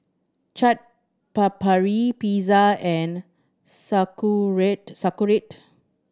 Chaat Papri Pizza and Sauerkraut Sauerkraut